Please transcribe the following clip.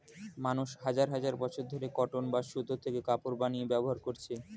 মানুষ হাজার হাজার বছর ধরে কটন বা সুতো থেকে কাপড় বানিয়ে ব্যবহার করছে